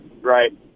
right